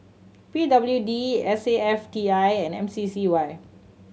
P W D S A F T I and M C C Y